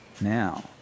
Now